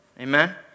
amen